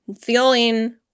Feeling